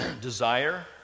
desire